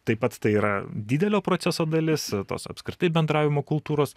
taip pat tai yra didelio proceso dalis tos apskritai bendravimo kultūros